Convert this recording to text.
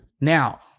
Now